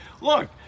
Look